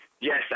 Yes